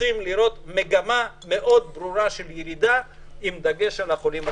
אנחנו רוצים לראות מגמה מאוד ברורה של ירידה עם דגש על החולים הקשים.